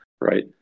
right